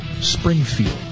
Springfield